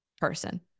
person